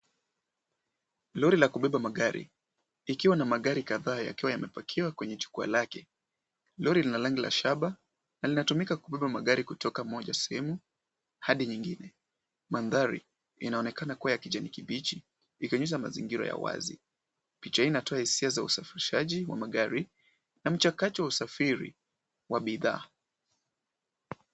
Lori la kubeba magari likiwa na magari kadhaa yakiwa yamepakiwa kwenye jukwaa lake. Lori lina rangi la shaba, na linatumika kubeba magari kutoka moja sehemu hadi nyingine. Mandhari inaonekana kuwa ya kijani kibichi, ikionyesha mazingira ya wazi. Picha hii inatoa hisia za usafirishaji wa magari na mchakacho wa usafiri wa bidhaa.